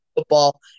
football